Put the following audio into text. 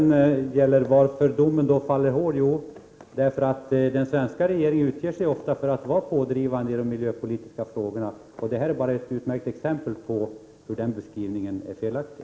När det gäller orsaken till att domen faller hård vill jag säga att den svenska regeringen ofta utger sig för att vara pådrivande i de miljöpolitiska frågorna. Det här är ett utmärkt exempel på att den beskrivningen är felaktig.